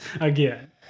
again